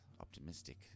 optimistic